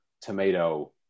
tomato